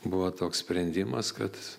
buvo toks sprendimas kad